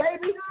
baby